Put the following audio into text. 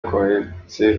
abakomeretse